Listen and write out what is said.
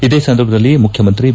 ಇದೇ ಸಂದರ್ಭದಲ್ಲಿ ಮುಖ್ಯಮಂತ್ರಿ ಬಿ